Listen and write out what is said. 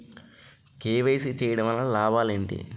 KYC చేయటం వలన లాభాలు ఏమిటి?